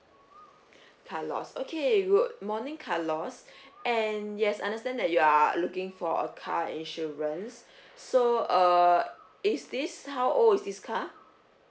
carlos okay good morning carlos and yes understand that you are looking for a car insurance so err is this how old is this car